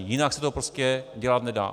Jinak se to prostě dělat nedá.